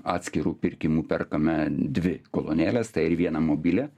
atskiru pirkimu perkame dvi kolonėles tai vieną mobilią